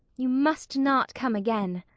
you must not come again.